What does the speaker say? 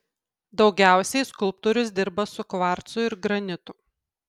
daugiausiai skulptorius dirba su kvarcu ir granitu